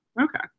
Okay